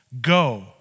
go